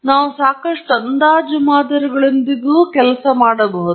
ನಾವು ಸಾಕಷ್ಟು ಅಂದಾಜು ಮಾದರಿಗಳೊಂದಿಗೆ ಕೆಲಸ ಮಾಡಬಹುದು